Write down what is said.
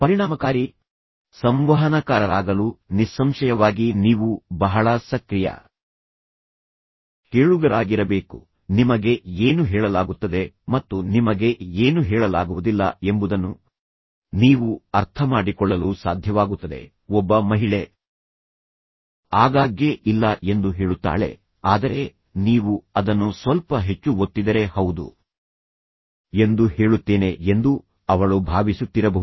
ಪರಿಣಾಮಕಾರಿ ಸಂವಹನಕಾರರಾಗಲು ನಿಸ್ಸಂಶಯವಾಗಿ ನೀವು ಬಹಳ ಸಕ್ರಿಯ ಕೇಳುಗರಾಗಿರಬೇಕು ನಿಮಗೆ ಏನು ಹೇಳಲಾಗುತ್ತದೆ ಮತ್ತು ನಿಮಗೆ ಏನು ಹೇಳಲಾಗುವುದಿಲ್ಲ ಎಂಬುದನ್ನು ನೀವು ಅರ್ಥಮಾಡಿಕೊಳ್ಳಲು ಸಾಧ್ಯವಾಗುತ್ತದೆ ಒಬ್ಬ ಮಹಿಳೆ ಆಗಾಗ್ಗೆ ಇಲ್ಲ ಎಂದು ಹೇಳುತ್ತಾಳೆ ಆದರೆ ನೀವು ಅದನ್ನು ಸ್ವಲ್ಪ ಹೆಚ್ಚು ಒತ್ತಿದರೆ ಹೌದು ಎಂದು ಹೇಳುತ್ತೇನೆ ಎಂದು ಅವಳು ಭಾವಿಸುತ್ತಿರಬಹುದು